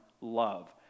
love